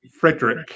frederick